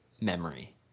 memory